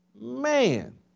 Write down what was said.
man